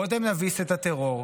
קודם נביס את הטרור,